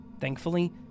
Thankfully